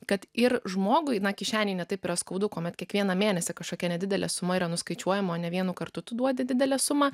kad ir žmogui na kišenei ne taip yra skaudu kuomet kiekvieną mėnesį kažkokia nedidelė suma yra nuskaičiuojama ne vienu kartu tu duodi didelę sumą